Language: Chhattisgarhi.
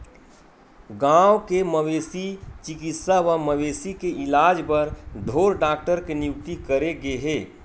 गाँव के मवेशी चिकित्सा म मवेशी के इलाज बर ढ़ोर डॉक्टर के नियुक्ति करे गे हे